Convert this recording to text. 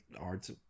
arts